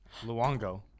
Luongo